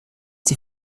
die